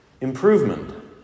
improvement